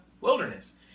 wilderness